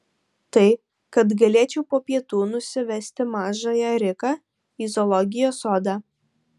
tai kad galėčiau po pietų nusivesti mažąją riką į zoologijos sodą